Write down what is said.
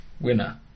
winner